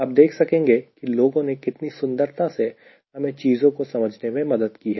आप देख सकेंगे कि लोगों ने कितनी सुंदरता से हमें चीजों को समझने में मदद की है